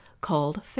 called